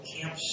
Camp